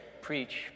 preach